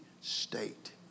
state